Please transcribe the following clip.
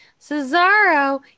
Cesaro